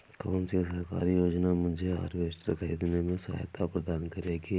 कौन सी सरकारी योजना मुझे हार्वेस्टर ख़रीदने में सहायता प्रदान करेगी?